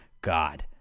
god